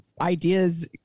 ideas